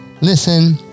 listen